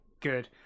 good